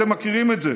אתם מכירים את זה,